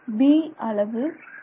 b அளவு 2